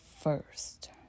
first